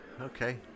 okay